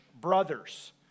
brothers